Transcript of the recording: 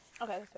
Okay